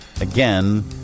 again